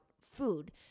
food